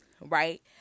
Right